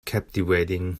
captivating